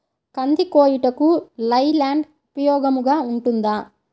కంది కోయుటకు లై ల్యాండ్ ఉపయోగముగా ఉంటుందా?